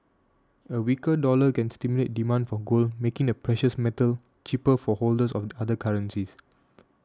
a weaker dollar can stimulate demand for gold making the precious metal cheaper for holders of other currencies